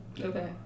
okay